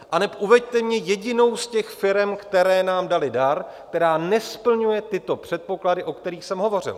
Aneb uveďte mi jedinou z těch firem, které nám daly dar, která nesplňuje tyto předpoklady, o kterých jsem hovořil.